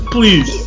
Please